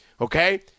Okay